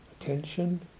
attention